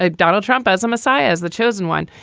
ah donald trump as a messiah, as the chosen one.